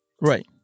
Right